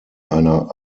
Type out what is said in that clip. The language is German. einer